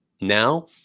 now